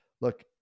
look